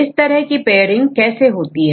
इस तरह काpairing कैसे होती है